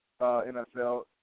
NFL